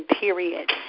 period